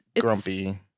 grumpy